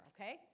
okay